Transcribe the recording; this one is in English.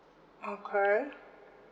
okay